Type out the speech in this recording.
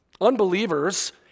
Unbelievers